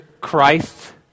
Christ